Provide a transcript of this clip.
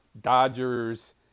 Dodgers